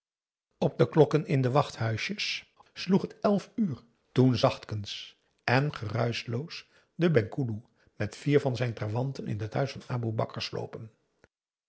op de blokken in de wachthuisjes sloeg het elf uur toen zachtkens en gedruischloos de penghoeloe met vier van zijn trawanten in het huis van aboe bakar